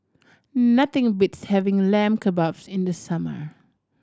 nothing beats having Lamb Kebabs in the summer